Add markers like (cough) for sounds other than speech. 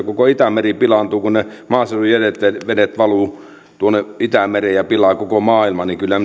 (unintelligible) koko itämeri pilaantuu kun ne maaseudun jätevedet valuvat tuonne itämereen ja pilaavat koko maailman kyllä (unintelligible)